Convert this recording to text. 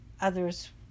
others